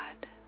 God